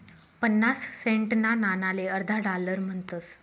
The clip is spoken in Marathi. पन्नास सेंटना नाणाले अर्धा डालर म्हणतस